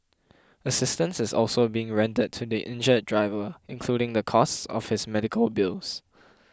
assistance is also being rendered to the injured driver including the cost of his medical bills